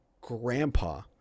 grandpa